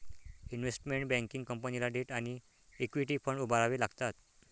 investment banking कंपनीला debt आणि equity fund उभारावे लागतात